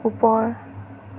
ওপৰ